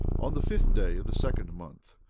on the fifth day of the second month,